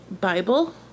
Bible